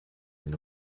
den